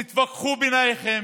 תתווכחו ביניכם,